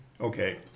Okay